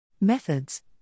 Methods